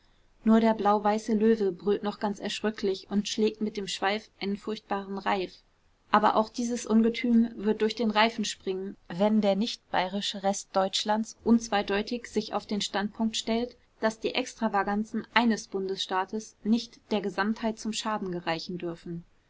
nur der blauweiße löwe brüllt noch ganz erschröcklich und schlägt mit dem schweif einen furchtbaren reif aber auch dieses ungetüm wird durch den reifen springen wenn der nichtbayerische rest deutschlands unzweideutig sich auf den standpunkt stellt daß die extravaganzen eines bundesstaates nicht der gesamtheit zum schaden gereichen dürfen